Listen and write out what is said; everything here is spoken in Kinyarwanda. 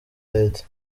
leta